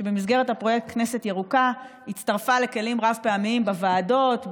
שבמסגרת הפרויקט כנסת ירוקה הצטרפה לכלים רב-פעמיים בוועדות,